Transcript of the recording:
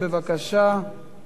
8722, 8728, 8737,